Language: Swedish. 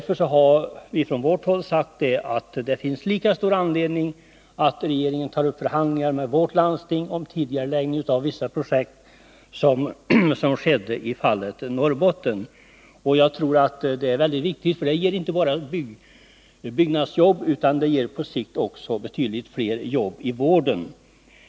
Från vårt håll har vi sagt att det finns lika stor anledning för regeringen att ta upp förhandlingar med vårt landsting om tidigareläggning av vissa projekt som det finns när det gäller Norrbotten. Det är mycket viktigt — det gäller inte bara byggnadsjobb, utan det ger på sikt också betydligt fler jobb i vården.